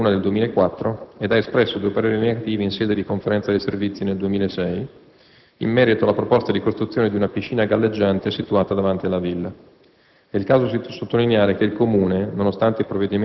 quattro autorizzazioni sindacali nel 2003, nonché una nel 2004 ed ha espresso due pareri negativi in sede di Conferenza dei servizi nel 2006 in merito alla proposta di costruzione di una piscina galleggiante situata davanti alla Villa.